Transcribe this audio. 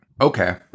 Okay